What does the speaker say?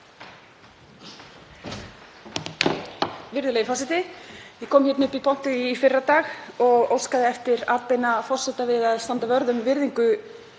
Virðulegi forseti. Ég kom hér upp í pontu í fyrradag og óskaði eftir atbeina forseta við að standa vörð um virðingu